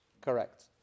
correct